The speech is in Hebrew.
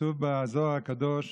כתוב בזוהר הקדוש